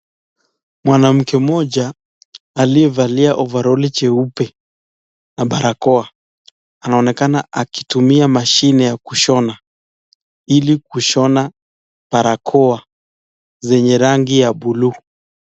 Mwanamke mmoja aliyevalia ovarali cheupe na barakoa. Anaonekana akitumia mashine ya kushona Ili kushona barakoa zenye rangi ya buluu.